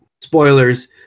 Spoilers